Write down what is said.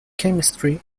chemistry